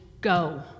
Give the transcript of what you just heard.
go